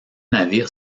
navire